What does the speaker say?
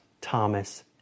Thomas